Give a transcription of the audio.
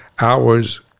hours